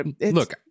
look